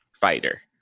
fighter